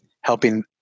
helping